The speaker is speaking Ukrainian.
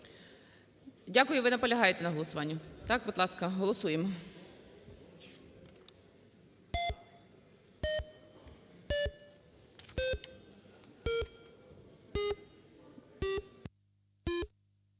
Дякую. Ви наполягаєте на голосуванні? Так, будь ласка, голосуємо.